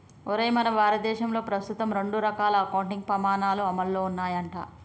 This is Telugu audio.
ఒరేయ్ మన భారతదేశంలో ప్రస్తుతం రెండు రకాల అకౌంటింగ్ పమాణాలు అమల్లో ఉన్నాయంట